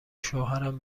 شوهرم